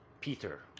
Peter